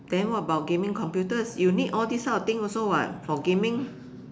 then what about gaming computers you need all these kind of things also [what] for gaming